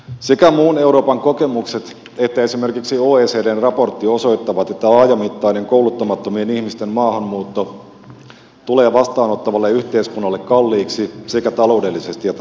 sekä muun euroopan kokemukset että esimerkiksi oecdn raportti osoittavat että laajamittainen kouluttamattomien ihmisten maahanmuutto tulee vastaanottavalle yhteiskunnalle kalliiksi sekä taloudellisesti että sosiaalisesti